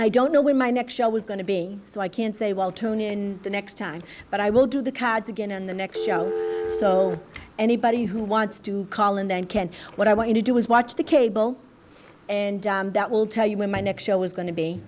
i don't know when my next show was going to be so i can't say well tune in the next time but i will do the cards again in the next show so anybody who wants to call and then can what i want to do is watch the cable and that will tell you when my next show is go